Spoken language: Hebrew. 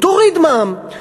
תוריד מע"מ,